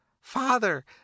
Father